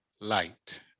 light